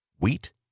Wheat